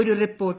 ഒരു റിപ്പോർട്ട്